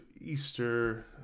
Easter